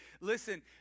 listen